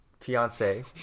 fiance